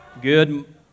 Good